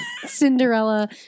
Cinderella